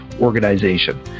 organization